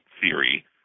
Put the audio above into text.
theory